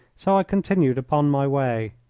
so i continued upon my way.